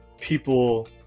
people